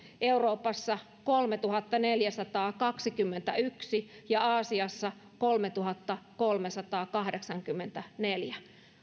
euroopassa kolmetuhattaneljäsataakaksikymmentäyksi ja aasiassa kolmetuhattakolmesataakahdeksankymmentäneljä